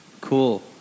Cool